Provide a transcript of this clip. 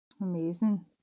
Amazing